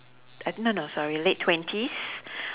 I thi~ no no sorry late twenties